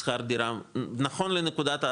נכון לנקודת ההתחלה,